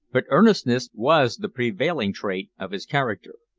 but earnestness was the prevailing trait of his character.